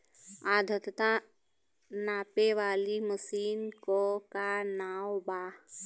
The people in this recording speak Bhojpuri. आद्रता नापे वाली मशीन क का नाव बा?